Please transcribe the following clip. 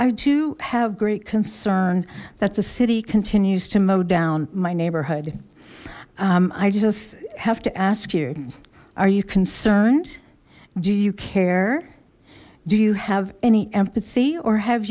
i do have great concern that the city continues to mow down my neighborhood i just have to ask you are you concerned do you care do you have any empathy or have